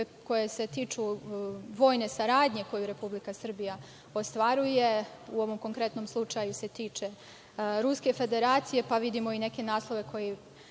koji se tiču vojne saradnje koju Republika ostvaruje, u ovom konkretnom slučaju, sa Ruskom Federacijom, pa vidimo i neke naslove koji